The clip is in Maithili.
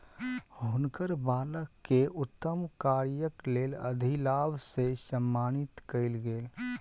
हुनकर बालक के उत्तम कार्यक लेल अधिलाभ से सम्मानित कयल गेल